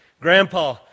Grandpa